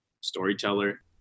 storyteller